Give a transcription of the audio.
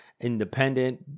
Independent